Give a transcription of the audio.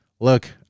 look